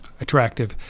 attractive